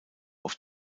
auf